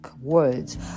words